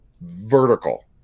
vertical